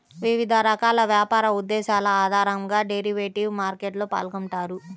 వివిధ రకాల వ్యాపార ఉద్దేశాల ఆధారంగా డెరివేటివ్ మార్కెట్లో పాల్గొంటారు